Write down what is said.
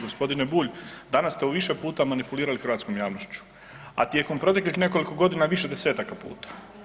G. Bulj, danas ste u više puta manipulirali hrvatskom javnošću, a tijekom proteklih nekoliko godina više desetaka puta.